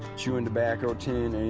chewing tobacco tin, and